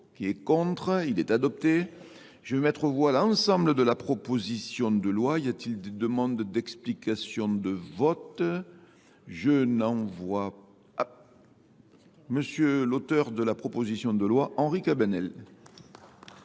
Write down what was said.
qui est contre, il est adopté. Je vais mettre au vote l'ensemble de la proposition de loi. Y a-t-il des demandes d'explication de vote ? Je n'envoie pas. Monsieur l'auteur de la proposition de loi, Henri Cabenel.